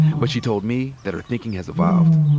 but she told me that her thinking has evolved.